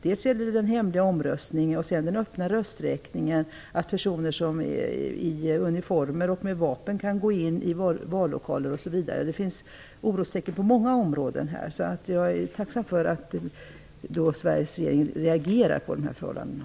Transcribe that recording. Det gäller dels den hemliga omröstningen, dels den öppna rösträkningen och att personer i uniformer och med vapen kan gå in i vallokalerna. Det finns orostecken på många områden, och jag är därför tacksam över att Sveriges regering reagerar på de här förhållandena.